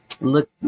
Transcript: look